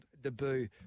debut